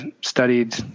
studied